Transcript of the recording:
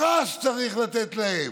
פרס צריך לתת להם.